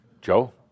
Joe